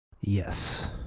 Yes